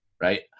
right